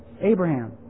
Abraham